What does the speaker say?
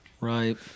Right